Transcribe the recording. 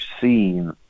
seen